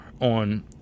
on